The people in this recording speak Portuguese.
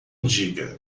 diga